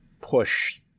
Push